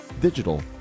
digital